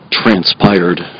transpired